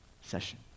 session